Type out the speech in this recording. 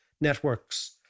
networks